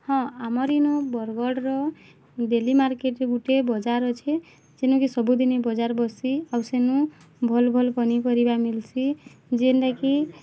ହଁ ଆମର୍ ଇନୁ ବରଗଡ଼୍ର ଡ଼େଲୀ ମାର୍କେଟ୍ରେ ଗୁଟେ ବଜାର୍ ଅଛି ସେନୁ କି ସବୁଦିନ ବଜାର୍ ବସଛି ଆଉ ସେନୁ ଭଲ୍ ଭଲ୍ ପନିପରିବା ମିଲ୍ସି ଯେନ୍ଟାକି